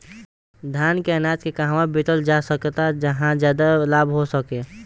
धान के अनाज के कहवा बेचल जा सकता जहाँ ज्यादा लाभ हो सके?